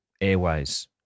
Airways